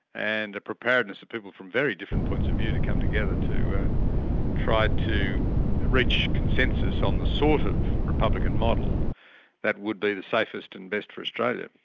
and a preparedness of people from very different points of view to come together to try to reach consensus on the sort of republican model that would be the safest and best for australia.